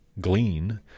glean